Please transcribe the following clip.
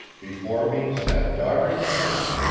before me sat doddridge knapp,